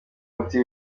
umuti